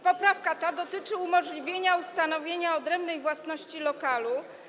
Poprawka ta dotyczy umożliwienia ustanowienia odrębnej własności lokalu.